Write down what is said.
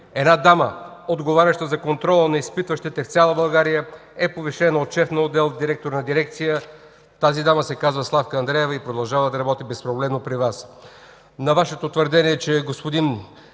една дама, отговаряща за контрола на изпитващите в цяла България, е повишена от шеф на отдел в директор на дирекция. Тази дама се казва Славка Андреева и продължава да работи безпроблемно при Вас. На Вашето твърдение, че господи